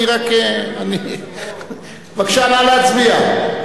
אני רק, בבקשה, נא להצביע.